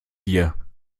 dir